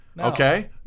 okay